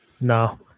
No